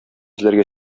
эзләргә